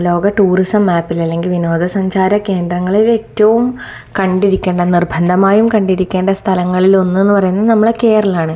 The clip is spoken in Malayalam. ലോക ടൂറിസം മാപ്പിൽ അല്ലെങ്കിൽ വിനോദ സഞ്ചാര കേന്ദ്രങ്ങളിൽ ഏറ്റവും കണ്ടിരിക്കേണ്ട നിർബന്ധമായും കണ്ടിരിക്കേണ്ട സ്ഥലങ്ങളിലൊന്ന് എന്ന് പറയുന്നത് നമ്മുടെ കേരളമാണ്